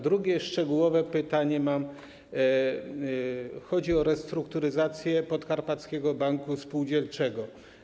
Drugie, szczegółowe pytanie mam odnośnie do restrukturyzacji Podkarpackiego Banku Spółdzielczego.